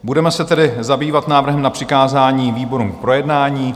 Budeme se tedy zabývat návrhem na přikázání výborům k projednání.